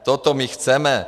Toto my chceme.